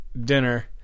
dinner